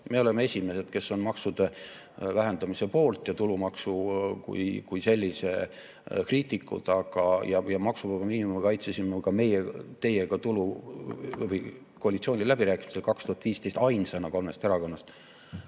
Me oleme esimesed, kes on maksude vähendamise poolt ja tulumaksu kui sellise kriitikud. Ja maksuvaba miinimumi kaitsesime meie teiega koalitsiooniläbirääkimistel 2015 ainsana kolmest erakonnast.